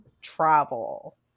travel